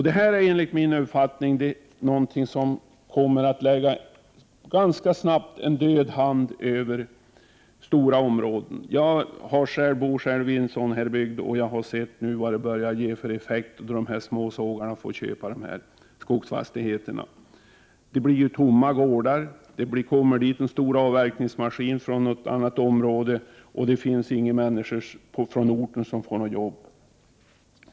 Detta kommer enligt min uppfattning att ganska snart lägga en död hand över stora områden. Jag bor själv i en sådan här bygd, och jag har nu sett vad det börjar bli för effekt, då småsågarna får köpa dessa skogsfastigheter. Det blir tomma gårdar. En stor avverkningsmaskin kommer dit från något annat område. Inga människor från orten får något jobb.